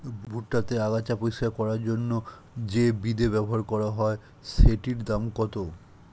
ভুট্টা তে আগাছা পরিষ্কার করার জন্য তে যে বিদে ব্যবহার করা হয় সেটির দাম কত?